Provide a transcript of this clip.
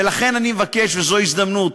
ולכן אני אבקש, וזו הזדמנות,